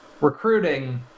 recruiting